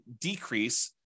decrease